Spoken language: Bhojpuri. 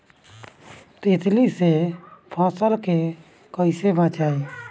तितली से फसल के कइसे बचाई?